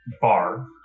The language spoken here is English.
bar